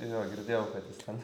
jo girdėjau kad jis ten